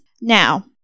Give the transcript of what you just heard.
Now